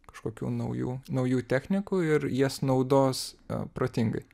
kažkokių naujų naujų technikų ir jas naudos protingai